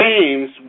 James